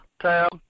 tab